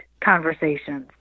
conversations